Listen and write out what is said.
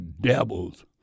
devils